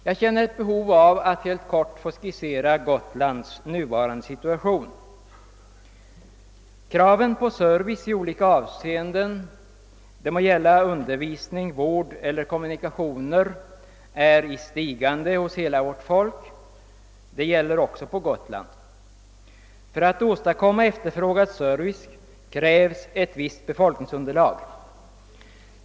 Jag känner ett behov av att helt kortfattat skissera Gotlands nuvarande situation. Kraven på service i olika avseenden — det må gälla undervisning, vård eller kommunikationer — är i stigande hos hela vårt folk — det gäller också på Gotland. För att åstadkomma efterfrågad service krävs ett visst befolkningsunderlag.